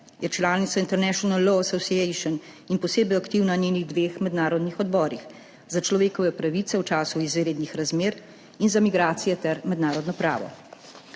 je članica International Law Association in posebej aktivna v njenih dveh mednarodnih odborih za človekove pravice v času izrednih razmer in za migracije ter mednarodno pravo.